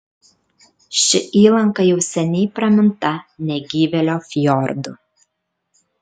ši įlanka jau seniai praminta negyvėlio fjordu